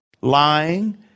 Lying